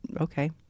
Okay